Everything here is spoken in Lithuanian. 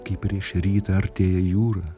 kai prieš rytą artėja jūra